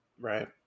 Right